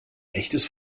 echtes